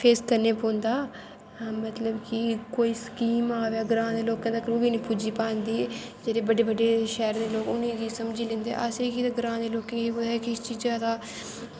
face करनें पौंदा मतलव कि कोई सकीम अवै ग्रांऽ दै लोकैं तका ओह् बी नी पुज्जी पांदी जेह्ड़े बड्डे बड्डे शैह्रें दे लोग उनेंगी समझी लैंदे असेंगी ते ग्रांऽ दे लोकें गी इस चीजें दा